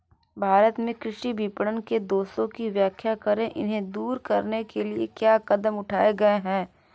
भारत में कृषि विपणन के दोषों की व्याख्या करें इन्हें दूर करने के लिए क्या कदम उठाए गए हैं?